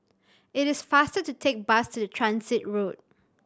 it is faster to take bus to the Transit Road